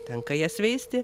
tenka jas veisti